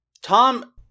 Tom